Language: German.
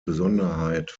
besonderheit